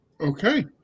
Okay